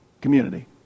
community